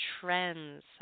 trends